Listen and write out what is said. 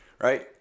Right